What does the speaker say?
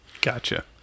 Gotcha